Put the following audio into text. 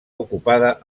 ocupada